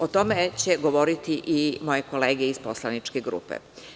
O tome će govoriti i moje kolege iz poslaničke grupe.